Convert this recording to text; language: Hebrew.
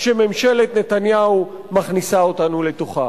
שממשלת נתניהו מכניסה אותנו לתוכה.